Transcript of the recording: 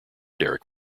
derek